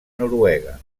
noruega